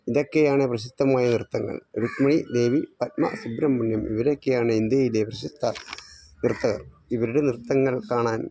ഇതൊക്കെയാണ് പ്രശസ്തമായ നൃത്തങ്ങൾ രുഗ്മിണി ദേവി പത്മ സുബ്രമണ്യം ഇവരൊക്കെയാണ് ഇന്ത്യയിലെ പ്രശസ്ത നൃത്തങ്ങൾ ഇവരുടെ നൃത്തങ്ങൾ കാണാൻ